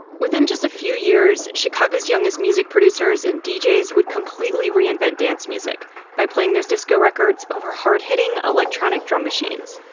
within just a few years chicago's youngest music producers and djs would completely reinvent dance music by playing those disco records over hard hitting electronic drum machines.